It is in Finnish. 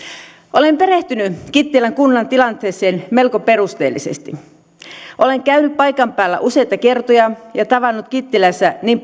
olen perehtynyt kittilän kunnan tilanteeseen melko perusteellisesti olen käynyt paikan päällä useita kertoja ja tavannut kittilässä niin